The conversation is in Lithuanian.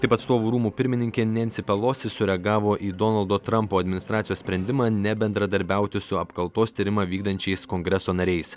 taip atstovų rūmų pirmininkė nensi pelosi sureagavo į donaldo trumpo administracijos sprendimą nebendradarbiauti su apkaltos tyrimą vykdančiais kongreso nariais